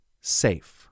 SAFE